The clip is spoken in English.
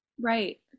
Right